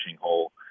hole